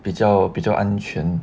比较比较安全